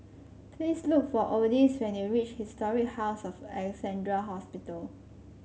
please look for Odis when you reach Historic House of Alexandra Hospital